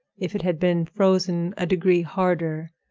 if it had been frozen a degree harder,